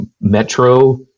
Metro